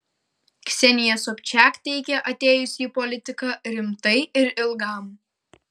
ksenija sobčiak teigia atėjusi į politiką rimtai ir ilgam